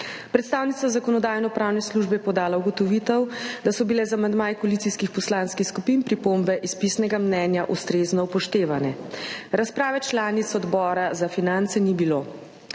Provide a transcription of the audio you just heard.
Predstavnica Zakonodajno-pravne službe je podala ugotovitev, da so bile z amandmaji koalicijskih poslanskih skupin pripombe iz pisnega mnenja ustrezno upoštevane. Razprave članic Odbora za finance ni bilo.